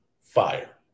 Fire